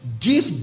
Give